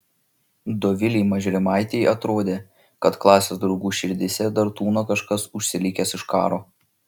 dovilei mažrimaitei atrodė kad klasės draugų širdyse dar tūno kažkas užsilikęs iš karo